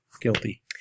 Guilty